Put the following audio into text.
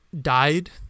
died